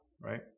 right